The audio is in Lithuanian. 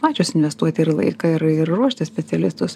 pačios investuoti ir laiką ir ir ruošti specialistus